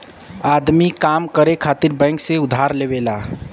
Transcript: आदमी काम करे खातिर बैंक से उधार लेवला